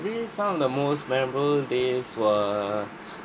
some of the most memorable days were